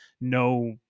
no